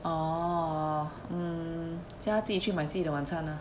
orh um 叫他自己去买自己的晚餐 ah